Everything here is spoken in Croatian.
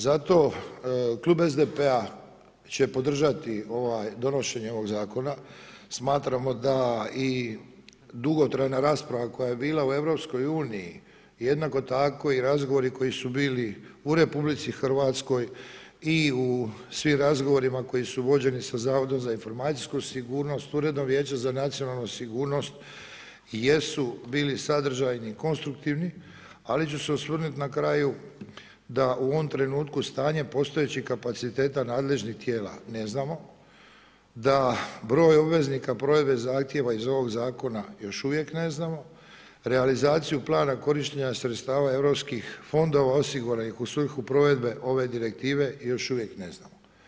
Zato klub SDP-a će podržati donošenje ovog zakona, smatramo da i dugotrajna rasprava koja je bila u EU-u jednako tako i razgovori koji su bili u RH i u svim razgovorima koji su vođeni sa Zavodom za informacijsku sigurnost, uredno Vijeće za nacionalnu sigurnost jesu bili sadržajni, konstruktivni ali ću se osvrnuti na kraju da u ovom trenutku stanje postojećih kapaciteta nadležnih tijela ne znamo, da broj obveznika provedbe zahtjeva iz ovog zakona još uvijek ne znamo, realizaciju plana korištenja sredstava europskih fondova osiguranih u svrhu provedbe ove direktive još uvijek ne znamo.